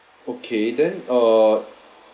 okay then uh